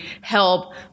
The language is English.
help